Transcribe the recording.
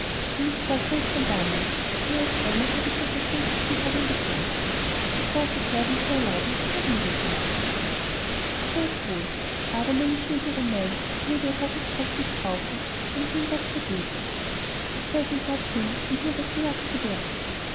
und ich sagte es schon damals mehr als einmal habe ich's unserer gnädigsten herrin gesagt es war verkehrt ihm zu erlauben sich dort niederzulassen ich weiß wohl aber meine schwägerin meint sie würde ihr herrschaftsrecht mißbrauchen wenn sie ihm das verböte es sei schon hart für ihn von hier weggejagt zu werden